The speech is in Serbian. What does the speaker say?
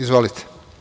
Izvolite.